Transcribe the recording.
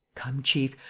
come, chief,